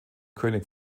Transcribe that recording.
könig